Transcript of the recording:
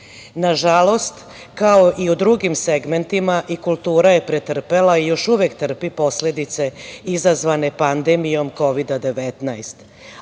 kao i u drugim segmentima, i kultura je pretrpela i još uvek trpi posledice izazvane pandemijom Kovida-19,